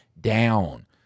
down